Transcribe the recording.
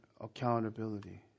accountability